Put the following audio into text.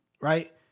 right